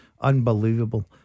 Unbelievable